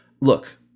look